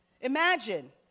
imagine